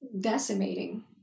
decimating